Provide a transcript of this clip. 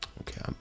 Okay